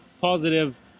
positive